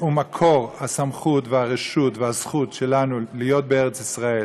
ומקור הסמכות והרשות והזכות שלנו להיות בארץ ישראל,